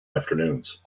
afternoons